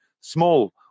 small